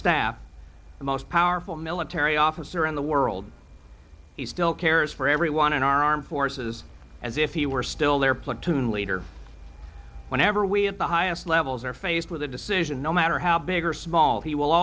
the most powerful military officer in the world he still cares for everyone in our armed forces as if he were still their platoon leader whenever we at the highest levels are faced with a decision no matter how big or small he will